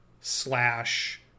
slash